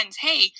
Hey